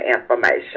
information